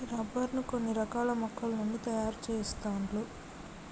rubber ను కొన్ని రకాల మొక్కల నుండి తాయారు చెస్తాండ్లు